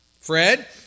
Fred